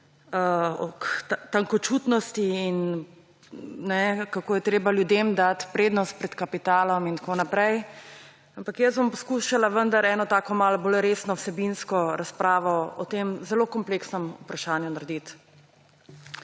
o tankočutnosti in kako je treba ljudem dati prednost pred kapitalom in tako naprej. Ampak jaz bom poskušala vendar eno tako malo bolj resno vsebinsko razpravo o tem zelo kompleksnem vprašanju narediti.